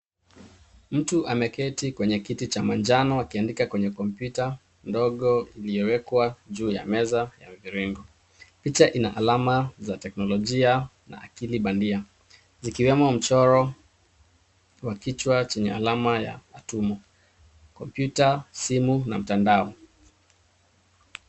Mtu ameketi kwenye kiti cha manjano akiandika kwenye kompyuta ndogo iliyowekwa juu ya meza ya mviringo. Picha ina alama za teknolojia na akili bandia ikiwemo mchoro wa kichwa chenye alama ya atumo, kompyuta, simu na mtandao.